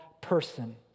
person